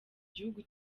gihugu